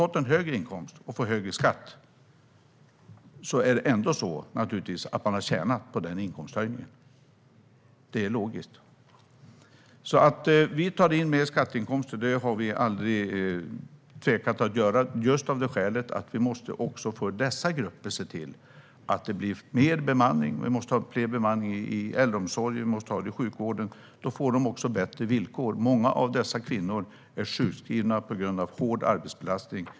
Med en högre inkomst blir det högre skatt, men man har naturligtvis ändå tjänat på den inkomsthöjningen. Det är logiskt. Vi tar in mer skatteinkomster. Det har vi aldrig tvekat att göra. Det gör vi av det skälet att vi också för dessa grupper måste se till att det blir mer bemanning, det vill säga i äldreomsorgen och sjukvården. Då får de också bättre villkor. Många av dessa kvinnor är sjukskrivna på grund av hård arbetsbelastning.